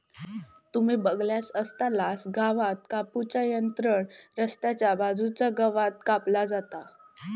तुम्ही बगलासच आसतलास गवात कापू च्या यंत्रान रस्त्याच्या बाजूचा गवात कापला जाता